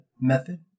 method